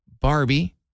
Barbie